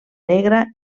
negra